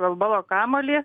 golbolo kamuolį